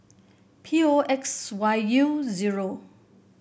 P O X Y U zero